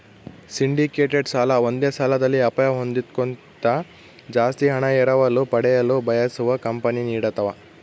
syndicated ಸಾಲ ಒಂದೇ ಸಾಲದಲ್ಲಿ ಅಪಾಯ ಹೊಂದೋದ್ಕಿಂತ ಜಾಸ್ತಿ ಹಣ ಎರವಲು ಪಡೆಯಲು ಬಯಸುವ ಕಂಪನಿ ನೀಡತವ